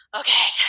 okay